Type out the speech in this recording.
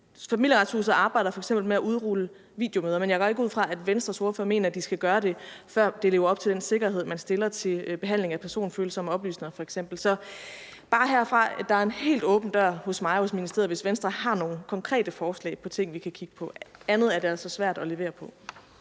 Familieretshuset arbejder f.eks. med at udrulle videomøder, men jeg går ikke ud fra, at Venstre mener, at de skal gøre det, før de lever op til den sikkerhed, man stiller til behandling af f.eks. personfølsomme oplysninger. Så bare herfra: Der er en helt åben dør hos mig og i ministeriet, hvis Venstre har nogle konkrete forslag til ting, vi kan kigge på – andet er det altså svært at levere på.